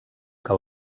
que